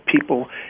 people